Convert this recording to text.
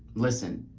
listen,